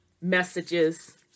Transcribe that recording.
messages